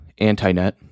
Antinet